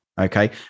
okay